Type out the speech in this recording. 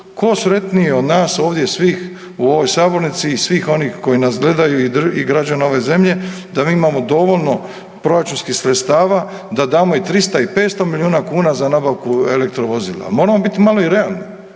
Tko sretniji od nas ovdje svih u ovoj sabornici i svih onih koji nas gledaju i građane ove zemlje da mi imamo dovoljno proračunskih sredstava da damo i 300 i 500 milijuna za nabavku elektrovozila. Moramo bit malo i realni.